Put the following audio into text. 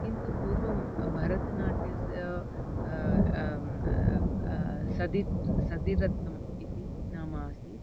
किन्तु पूर्वं भरतनाट्यस्य सदित् सतिरत्नम् इति नाम आसीत्